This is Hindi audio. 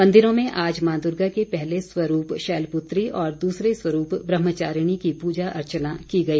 मंदिरों में आज मां दुर्गा के पहले स्वरूप शैलपुत्री और दूसरे स्वरूप ब्रहमचारिणी की पूजा अर्चना की गई